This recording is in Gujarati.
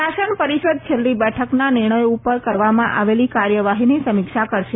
શાસન પરિષદ છેલ્લી બેઠકના નિર્ણયો પર કરવામાં આવેલી કાર્યવાહીની સમીક્ષા કરશે